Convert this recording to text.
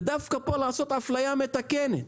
ודווקא פה לעשות אפליה מתקנת.